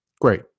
Great